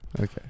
Okay